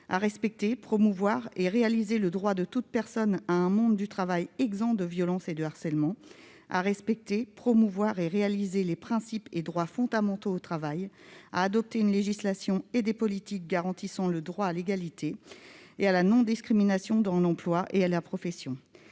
« respecter, promouvoir et réaliser le droit de toute personne à un monde du travail exempt de violence et de harcèlement », ainsi que les « principes et droits fondamentaux au travail », à adopter une législation et des politiques garantissant « le droit à l'égalité et à la non-discrimination dans l'emploi et la profession